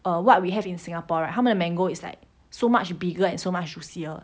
err what we have in singapore right 他们的 mango is like so much bigger and so much juicier